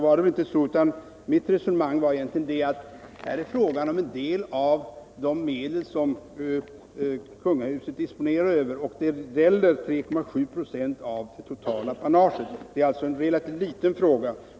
Men det var inte så, utan mitt resonemang var att om det är en fråga om en del av de medel som kungahuset disponerar över och det gäller 3,7 2 av det totala apanaget så är det en relativt liten fråga.